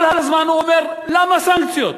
כל הזמן הוא אמר: למה סנקציות?